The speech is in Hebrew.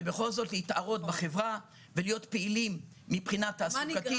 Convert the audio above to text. ובכל זאת להתערות בחברה ולהיות פעילים מבחינה תעסוקתית.